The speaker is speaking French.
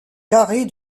carrée